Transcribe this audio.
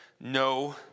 no